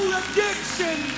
addiction